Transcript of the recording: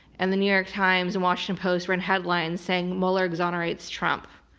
and the new york times and washington post ran headlines saying mueller exonerates trump.